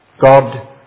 God